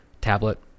tablet